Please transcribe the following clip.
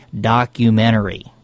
documentary